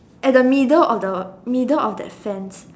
at the middle of the middle of that sands